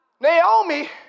Naomi